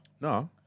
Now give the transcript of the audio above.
no